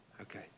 okay